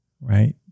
Right